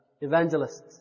evangelists